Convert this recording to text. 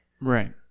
Right